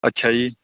ਅੱਛਾ ਜੀ